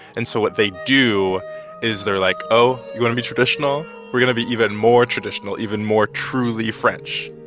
and so what they do is they're like, oh, you want to be traditional? we're going to be even more traditional, even more truly french.